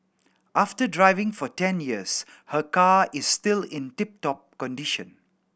after driving for ten years her car is still in tip top condition